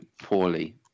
poorly